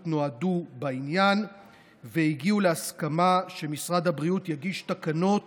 נועדו בעניין והגיעו להסכמה שמשרד הבריאות יגיש תקנות